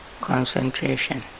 concentration